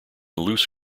loose